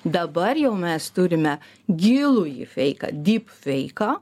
dabar jau mes turime gilųjį feiką dyp feiką